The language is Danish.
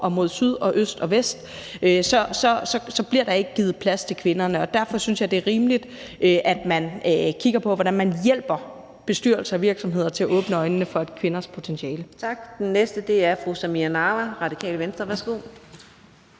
og mod syd og øst og vest – så bliver der heller ikke givet plads til kvinderne. Derfor synes jeg, det er rimeligt, at man kigger på, hvordan man hjælper bestyrelser og virksomheder til at åbne øjnene for kvinders potentiale. Kl. 14:50 Fjerde næstformand (Karina Adsbøl): Tak. Den næste